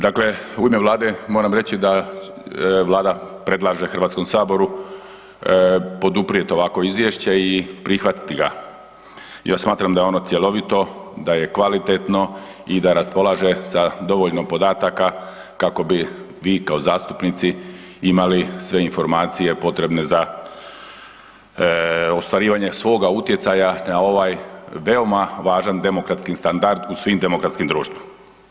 Dakle, u ime Vlade, moram reći da Vlada predlaže Hrvatskom saboru poduprijet ovakvo izvješće i prihvatiti ga jer smatram da je ono cjelovito, da je kvalitetno i da raspolaže sa dovoljno podataka kako bi vi kao zastupnici imali sve informacije potrebne za ostvarivanje svoga utjecaja na ovaj veoma važan demokratski standard u svim demokratskim društvima.